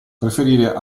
preferire